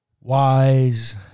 Wise